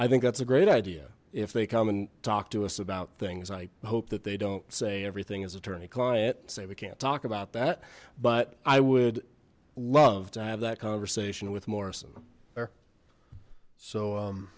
i think that's a great idea if they come and talk to us about things i hope that they don't say everything is attorney client say we can't talk about that but i would love to have that conversation with morrison there so